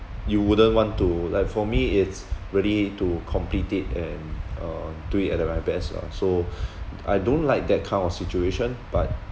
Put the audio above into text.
you wouldn't want to like for me it's really to complete it and uh do it at the very best lah so I don't like that kind of situation but